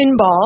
Pinball